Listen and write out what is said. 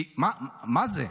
מה זה?